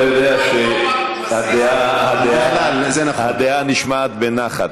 אתה יודע שהדעה נשמעת בנחת,